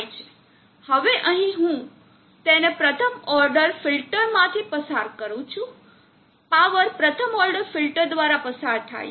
હવે અહીં પણ હું તેને પ્રથમ ઓર્ડર ફિલ્ટર્સમાં પસાર કરું છું પાવર પ્રથમ ઓર્ડર ફિલ્ટર દ્વારા પસાર થાય છે